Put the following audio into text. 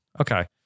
Okay